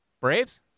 Braves